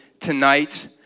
tonight